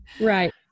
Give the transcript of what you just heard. Right